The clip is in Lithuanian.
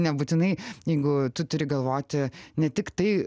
nebūtinai jeigu tu turi galvoti ne tik tai